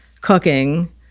cooking